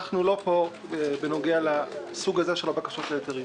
אנחנו לא פה בנוגע לסוג הזה של הבקשות להיתרים.